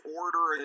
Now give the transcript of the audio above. order